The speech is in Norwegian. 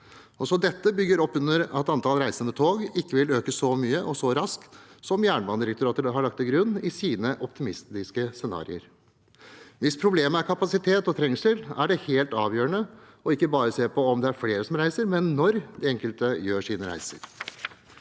dette bygger opp under at antallet reisende med tog ikke vil øke så mye og så raskt som Jernbanedirektoratet har lagt til grunn i sine optimistiske scenarioer. Hvis problemet er kapasitet og trengsel, er det helt avgjørende ikke bare å se på om det er flere som reiser, men når de enkelte gjør sine reiser.